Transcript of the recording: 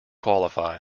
qualify